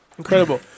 Incredible